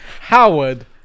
Howard